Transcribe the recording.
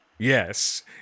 Yes